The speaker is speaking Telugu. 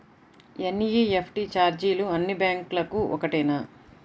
ఎన్.ఈ.ఎఫ్.టీ ఛార్జీలు అన్నీ బ్యాంక్లకూ ఒకటేనా?